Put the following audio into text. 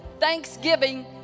Thanksgiving